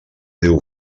deu